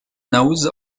nose